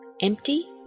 empty